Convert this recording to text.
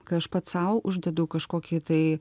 kai aš pats sau uždedu kažkokį tai